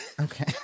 Okay